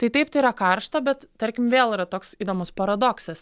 tai taip tai yra karšta bet tarkim vėl yra toks įdomus paradoksas